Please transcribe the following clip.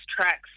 tracks